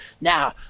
Now